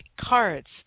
cards